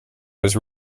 was